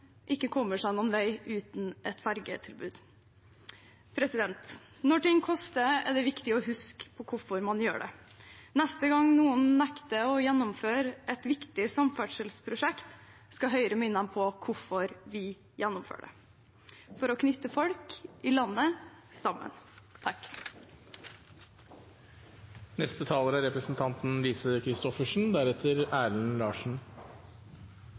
ikke kommer seg noen vei uten et fergetilbud. Når ting koster, er det viktig å huske på hvorfor man gjør det. Neste gang noen nekter å gjennomføre et viktig samferdselsprosjekt, skal Høyre minne dem på hvorfor vi gjennomfører det: for å knytte folk i landet sammen.